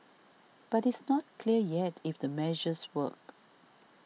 but it's not clear yet if the measures work